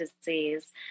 disease